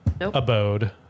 abode